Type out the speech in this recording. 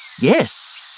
Yes